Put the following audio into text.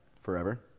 Forever